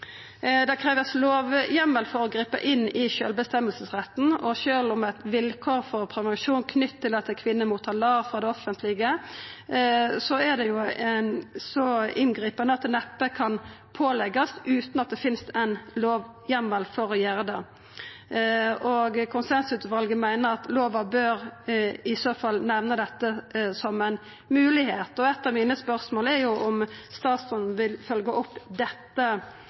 Det krevst lovheimel for å gripa inn i retten til å bestemma sjølv, og sjølv om eit vilkår for prevensjon er knytt til at ei kvinne mottar LAR frå det offentlege, er det så inngripande at det neppe kan påleggjast utan at det finst ein lovheimel for å gjera det. Konsensuspanelet meiner at lova i så fall bør nemna dette som ei moglegheit. Eit av spørsmåla mine er om statsråden vil følgja opp dette